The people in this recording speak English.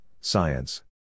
science